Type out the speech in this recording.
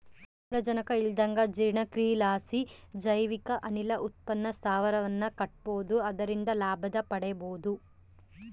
ಆಮ್ಲಜನಕ ಇಲ್ಲಂದಗ ಜೀರ್ಣಕ್ರಿಯಿಲಾಸಿ ಜೈವಿಕ ಅನಿಲ ವಿದ್ಯುತ್ ಸ್ಥಾವರವನ್ನ ಕಟ್ಟಬೊದು ಅದರಿಂದ ಲಾಭನ ಮಾಡಬೊಹುದು